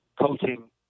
coaching